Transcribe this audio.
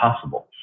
possible